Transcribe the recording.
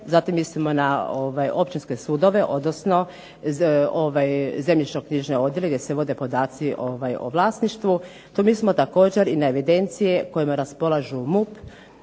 zatim mislimo na općinske sudove, odnosno zemljišno-knjižne odjele gdje se vode podaci o vlasništvu, tu mislimo također i na evidencije kojima raspolažu MUP,